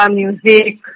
music